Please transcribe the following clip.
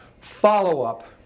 Follow-up